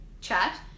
chat